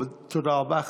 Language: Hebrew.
תודה רבה.